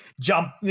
jump